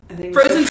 frozen